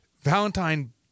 Valentine